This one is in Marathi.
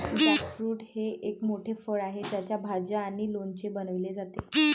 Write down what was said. जॅकफ्रूट हे एक मोठे फळ आहे ज्याच्या भाज्या आणि लोणचे बनवले जातात